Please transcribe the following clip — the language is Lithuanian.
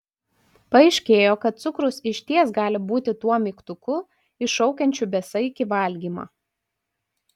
paaiškėjo kad cukrus išties gali būti tuo mygtuku iššaukiančiu besaikį valgymą